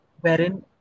wherein